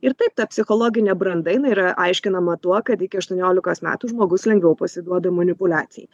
ir taip ta psichologinė branda jinai yra aiškinama tuo kad iki aštuoniolikos metų žmogus lengviau pasiduoda manipuliacijai